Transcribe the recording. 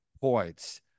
points